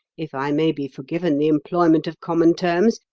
if i may be forgiven the employment of common terms,